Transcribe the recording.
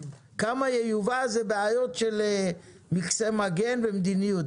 כמה ייובא זה בעיות של מכסי מגן ומדיניות,